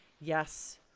yes